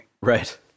Right